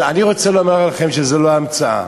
אבל אני רוצה לומר לכם שזה לא המצאה: